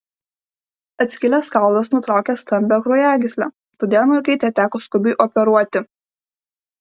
atskilęs kaulas nutraukė stambią kraujagyslę todėl mergaitę teko skubiai operuoti